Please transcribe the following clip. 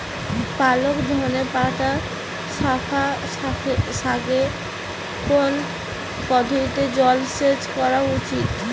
পালং ধনে পাতা লাফা শাকে কোন পদ্ধতিতে জল সেচ করা উচিৎ?